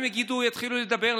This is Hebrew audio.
אם הם יתחילו לדבר,